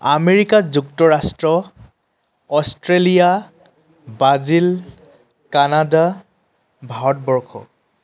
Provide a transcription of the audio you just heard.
America যুক্তৰাষ্ট্ৰ Australia Brazil Canada Bharatvarsha